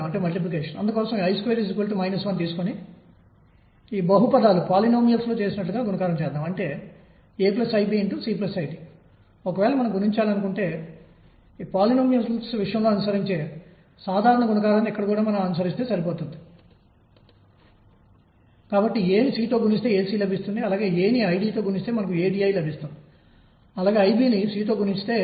కాబట్టి ఆ దృష్టిలో క్వాంటం ఆలోచనలు వర్తింపజేసినప్పటికీ వారు సరైన సమాధానం ఇచ్చారు కానీ ఖచ్చితంగా అది పూర్తి కాలేదు ఇది ప్రారంభం మాత్రమే